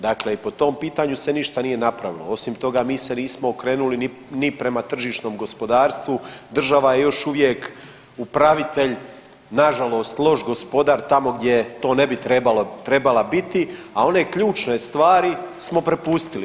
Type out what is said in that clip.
Dakle, po tom pitanju se ništa nije napravilo osim toga mi se nismo okrenuli ni prema tržišnom gospodarstvu, država je još uvijek upravitelj, nažalost loš gospodar tamo gdje to ne bi trebala biti, a one ključne stvari smo prepustili.